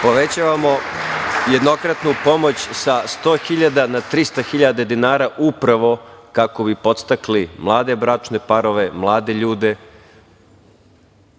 povećavamo jednokratnu pomoć sa 100.000 na 300.000 dinara, upravo kako bi podstakli mlade bračne parove, mlade ljude,